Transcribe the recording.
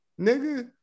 Nigga